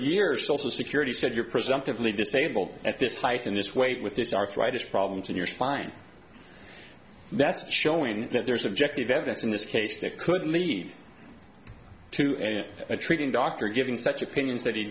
years social security said you're presumptively disabled at this height and this weight with this arthritis problems in your spine that's showing that there's objective evidence in this case that could lead to treating doctor giving such opinions that he